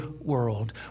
world